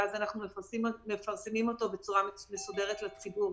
ואז אנחנו מפרסמים אותו בצורה מסודרת לציבור.